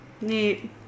neat